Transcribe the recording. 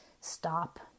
stop